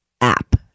app